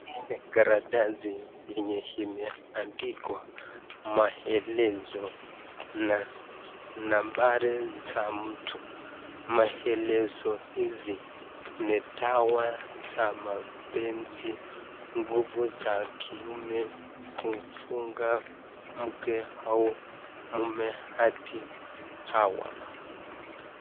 Hii ni karatasi yenye imeandikwa maelezo na nambari za mtu maelezo hizi ni dawa za mapenzi nguvu za kiume, kumfunga mke au mume hadi hawa.